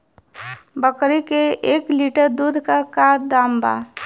बकरी के एक लीटर दूध के का दाम बा?